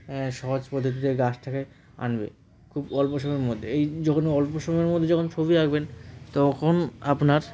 সহজ পদ্ধতিতে গাছটাকে আনবে খুব অল্প সময়ের মধ্যে এই যখন অল্প সময়ের মধ্যে যখন ছবি আঁকবেন তখন আপনার